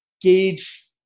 gauge